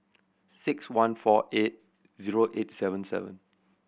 six one four eight zero eight seven seven